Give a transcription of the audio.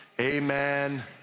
amen